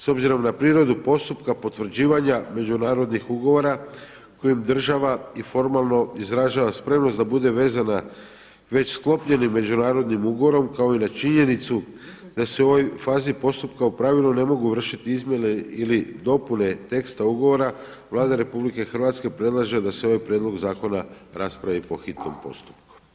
S obzirom na prirodu postupka potvrđivanja međunarodnih ugovora kojima država i formalno izražava spremnost da bude vezana već sklopljenim međunarodnim ugovorom kao i na činjenicu da se u ovoj fazi postupka u pravilu ne mogu vršiti izmjene ili dopune teksta ugovora, Vlada RH predlaže da se ovaj prijedlog zakona raspravi po hitnom postupku.